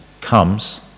comes